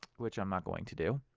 which i'm not going to do.